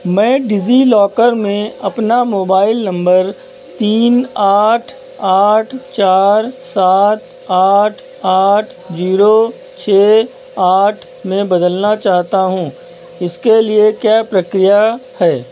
मैं डिज़ीलॉकर में अपना मोबाइल नंबर तीन आठ आठ चार सात आठ आठ जीरो छः आठ में बदलना चाहता हूँ इसके लिए क्या प्रक्रिया है